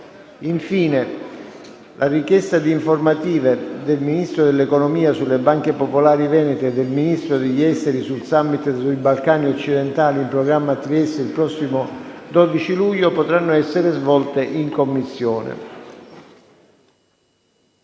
Infine, le richieste di informative del Ministro dell’economia sulle banche popolari venete e del Ministro degli esteri sul summit sui Balcani occidentali in programma a Trieste il prossimo 12 luglio potranno essere svolte in Commissione